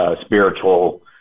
spiritual